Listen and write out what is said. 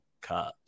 Cubs